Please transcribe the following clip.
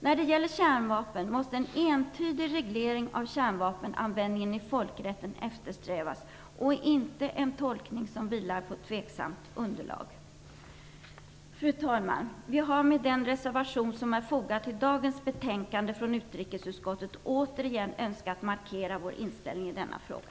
När det gäller kärnvapen måste en entydig reglering av kärnvapenanvändningen i folkrätten eftersträvas, inte en tolkning som vilar på tveksamt underlag. Fru talman! Vi har med den reservation som är fogad vid dagens betänkande från utrikesutskottet återigen önskat markera vår inställning i denna fråga.